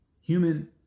human